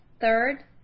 Third